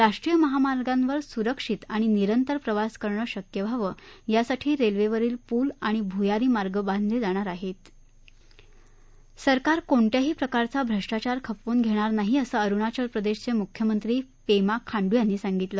राष्ट्रीय महामार्गावर सुरक्षित आणि निरंतर प्रवास करणं शक्य व्हावं यासाठी रखिखील पूल आणि भुयारी मार्ग बांधलज्ञिणार आहस्त सरकार कोणत्याही प्रकारचा भ्रष्टाचार खपवून घघार नाही असं अरूणाचल प्रदर्शप्रमुख्यमंत्री पक्ती खांडू यांनी सांगितलं